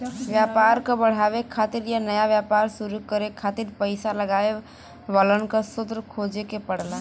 व्यापार क बढ़ावे खातिर या नया व्यापार शुरू करे खातिर पइसा लगावे वालन क स्रोत खोजे क पड़ला